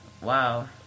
Wow